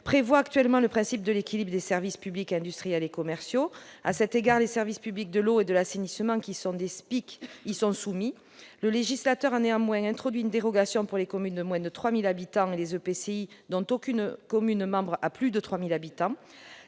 prévoient actuellement le principe de l'équilibre budgétaire des services publics industriels et commerciaux. À cet égard, les services publics de l'eau et de l'assainissement, qui sont des SPIC, y sont soumis. Le législateur a néanmoins introduit une dérogation pour les communes de moins de 3 000 habitants et les EPCI dont aucune commune membre n'a plus de 3 000 habitants.